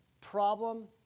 problem